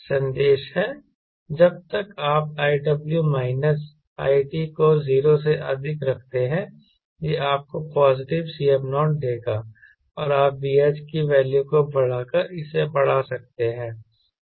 संदेश है जब तक आप iw माइनस it को 0 से अधिक रखते हैं यह आपको पॉजिटिव Cm0 देगा और आप VH के वैल्यू को बढ़ाकर इसे बड़ा कर सकते हैं